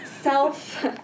Self